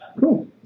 cool